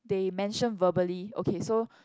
they mention verbally okay so